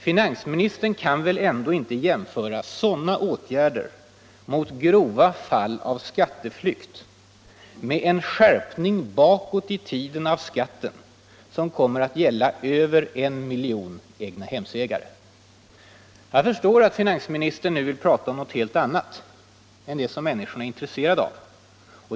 Finansministern kan väl ändå inte jämföra sådana åtgärder mot grova fall av skatteflykt med en skärpning bakåt i tiden av skatten som kommer att gälla över en miljon egnahemsägare? Jag förstår att finansministern nu vill prata om något helt annat än det som människorna är intresserade av.